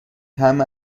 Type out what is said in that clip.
طعم